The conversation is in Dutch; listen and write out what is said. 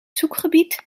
zoekgebied